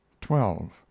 twelve